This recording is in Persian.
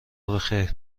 بخیر